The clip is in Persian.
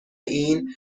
این